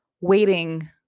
waiting